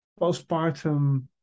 postpartum